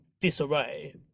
disarray